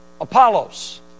Apollos